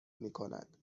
میکند